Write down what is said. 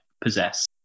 possess